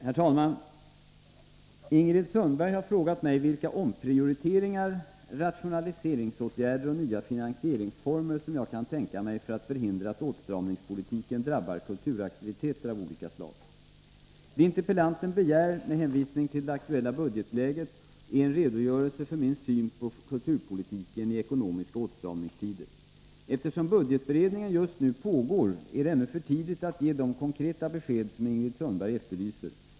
Herr talman! Ingrid Sundberg har frågat mig vilka omprioriteringar, rationaliseringsåtgärder och nya finansieringsformer som jag kan tänka mig för att förhindra att åtstramningspolitiken drabbar kulturaktiviteter av olika slag. Det interpellanten begär, med hänvisning till det aktuella budgetläget, är en redogörelse för min syn på kulturpolitiken i ekonomiska åtstramningstider. Eftersom budgetberedningen just nu pågår är det ännu för tidigt att ge de konkreta besked som Ingrid Sundberg efterlyser.